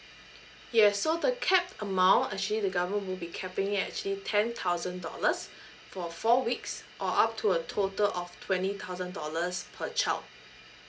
yes so the cap amount actually the government will be capping at actually ten thousand dollars for four weeks or up to a total of twenty thousand dollars per child